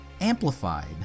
amplified